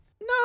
no